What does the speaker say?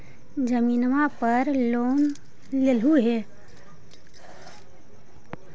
जमीनवा पर लोन लेलहु हे?